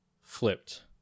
flipped